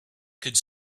could